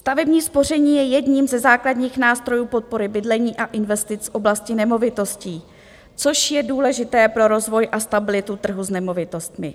Stavební spoření je jedním ze základních nástrojů podpory bydlení a investic v oblasti nemovitostí, což je důležité pro rozvoj a stabilitu trhu s nemovitostmi.